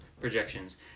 projections